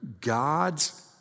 God's